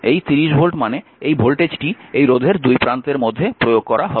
এই 30 ভোল্ট মানে এই ভোল্টেজটি এই রোধের দুই প্রান্তের মধ্যে প্রয়োগ করা হবে